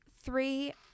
three